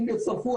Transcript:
אם יצורפו,